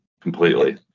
completely